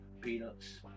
peanuts